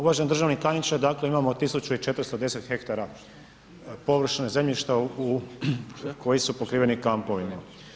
Uvaženi državni tajniče, dakle imamo 1410 ha površine zemljišta koje su pokriveni kampovima.